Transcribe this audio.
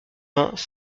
vingts